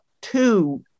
two